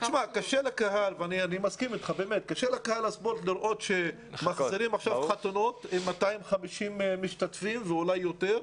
קשה לקהל הספורט לראות שמחזירים חתונות עם 250 משתתפים ואולי יותר.